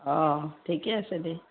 অঁ ঠিকে আছে দে